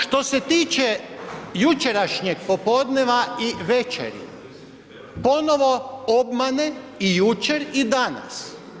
Što se tiče jučerašnjeg popodneva i večeri, ponovo obmane i jučer i danas.